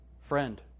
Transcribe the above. friend